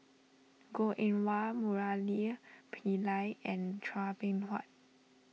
Goh Eng Wah Murali Pillai and Chua Beng Huat